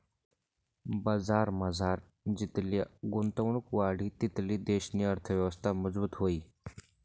बजारमझार जितली गुंतवणुक वाढी तितली देशनी अर्थयवस्था मजबूत व्हयी